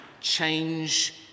change